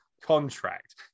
contract